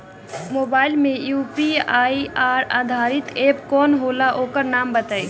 Mobile म UPI आधारित app कौन होला ओकर नाम बताईं?